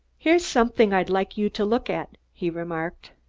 here's something i'd like you to look at, he remarked.